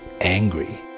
angry